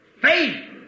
faith